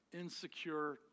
insecure